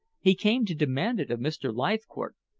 he came to demand it of mr. leithcourt,